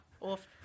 Off